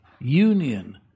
union